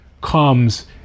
comes